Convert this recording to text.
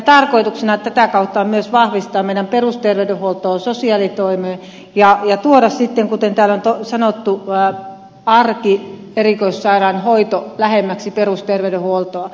tarkoituksena tätä kautta on myös vahvistaa meidän perusterveydenhuoltoamme sosiaalitoimeamme ja tuoda sitten kuten täällä on sanottu arkierikoissairaanhoito lähemmäksi perusterveydenhuoltoa